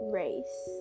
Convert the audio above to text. race